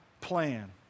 plan